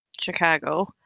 Chicago